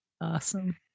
Awesome